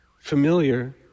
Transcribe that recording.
familiar